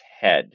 head